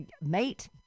mate